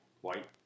White